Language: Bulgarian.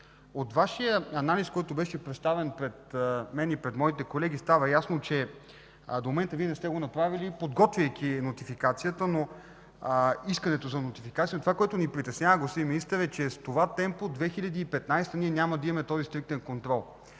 От Вашия анализ, който беше представен пред мен и моите колеги, става ясно, че до момента Вие не сте го направили, подготвяйки искането за нотификация. Това, което ни притеснява, господин Министър, е, че с това темпо през 2015 г. ние няма да имаме този стриктен контрол.